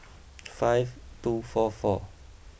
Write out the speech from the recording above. five two four four